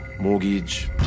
mortgage